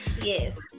Yes